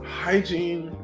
hygiene